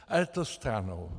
Ale to stranou.